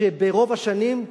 שברוב השנים,